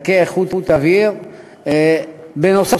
בנוסף,